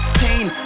pain